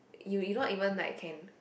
you you not even like can